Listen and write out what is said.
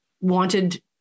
wanted